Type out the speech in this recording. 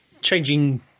Changing